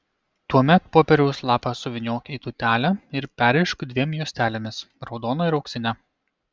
tuomet popieriaus lapą suvyniok į tūtelę ir perrišk dviem juostelėmis raudona ir auksine